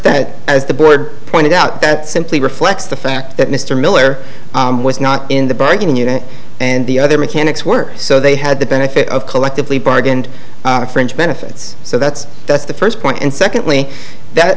that as the board pointed out that simply reflects the fact that mr miller was not in the bargaining unit and the other mechanics work so they had the benefit of collectively bargained fringe benefits so that's that's the first point and secondly that